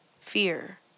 Fear